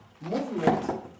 movement